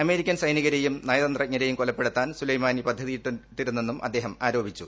American സൈനികരെയും നയതന്ത്രജ്ഞരെയും കൊലപ്പെടുത്താൻ സുലൈമാനി പദ്ധതിയിട്ടിരുന്നെന്നും അദ്ദേഹം ആരോപിച്ചു